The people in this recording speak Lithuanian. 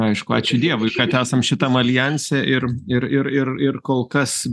aišku ačiū dievui kad esam šitam aljanse ir ir ir ir ir kol kas